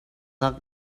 nak